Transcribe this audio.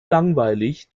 langweilig